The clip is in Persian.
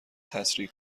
تسریع